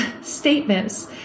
statements